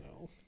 No